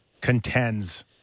contends